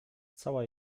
cała